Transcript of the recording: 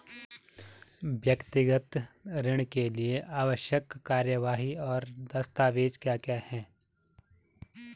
व्यक्तिगत ऋण के लिए आवश्यक कार्यवाही और दस्तावेज़ क्या क्या हैं?